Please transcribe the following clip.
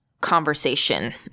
conversation